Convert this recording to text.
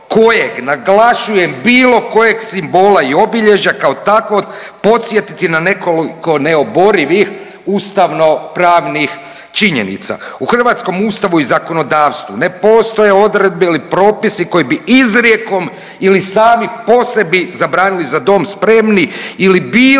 naglašujem bilo kojeg simbola i obilježja kao takvo podsjetiti na nekoliko neoborivih ustavnopravnih činjenica. U hrvatskom ustavu i zakonodavstvu ne postoje odredbe ili propisi koji bi izrijekom ili sami po sebi zabranili „Za dom spremni!“ ili bilo